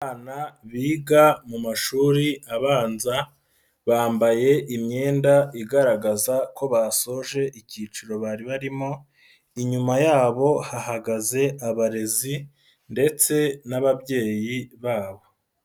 Abana biga mu mashuri abanza, bambaye imyenda igaragaza ko basoje ikiciro bari barimo, inyuma yabo hahagaze abarezi ndetse n'ababyeyi babo.